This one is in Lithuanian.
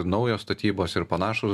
naujos statybos ir panašūs